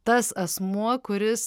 tas asmuo kuris